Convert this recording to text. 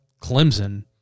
Clemson